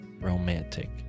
romantic